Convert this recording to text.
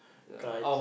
kites